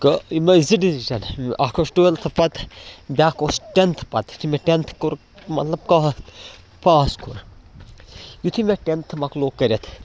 یِم ٲسۍ زٕ ڈِیٚسِجن اَکھ اوس ٹُوٮ۪لتھٕ پَتہٕ بیٛاکھ اوس ٹٮ۪نتھٕ پَتہٕ یُتھُے مےٚ ٹٮ۪نتھٕ کوٚر مطلب کا پاس کوٚر یُتھُے مےٚ ٹٮ۪نتھٕ مۄکلو کٔرِتھ